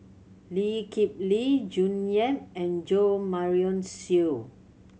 Lee Kip Lee June Yap and Jo Marion Seow